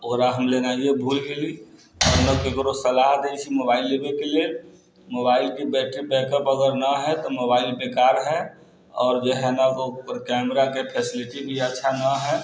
ओकरा हम लेनाइये भूल गेली आओर ने ककरो सलाह दै छी मोबाइल लैके लेल मोबाइलके बैटरी बैकअप अगर नहि है तऽ मोबाइल बेकार है आओर जे है ने से ओकर कैमराके फैसिलिटी भी अच्छा नहि है